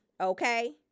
okay